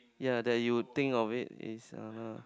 yea that you think of it is another